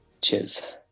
Cheers